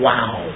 Wow